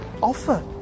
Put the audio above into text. offer